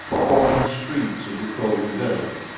form the streets of the kro-lu village.